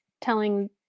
telling